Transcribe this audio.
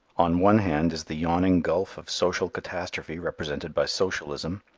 on one hand is the yawning gulf of social catastrophe represented by socialism.